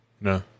no